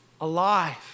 alive